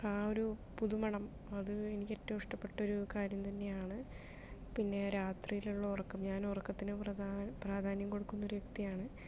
ആ ഒരു പുതു മണം അത് എനിക്കേറ്റവും ഇഷ്ടപ്പെട്ടൊരു കാര്യം തന്നെയാണ് പിന്നെ രാത്രിയിലുള്ള ഉറക്കം ഞാന് ഉറക്കത്തിനു പ്രധാനം പ്രാധാന്യം കൊടുക്കുന്നൊരു വ്യക്തിയാണ്